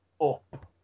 up